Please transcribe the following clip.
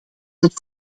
dat